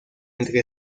entre